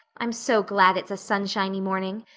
i'm so glad it's a sunshiny morning.